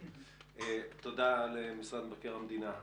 תודה למשרד מבקר המדינה.